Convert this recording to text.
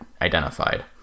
identified